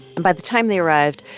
and by the time they arrived,